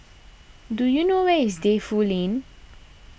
do you know where is Defu Lane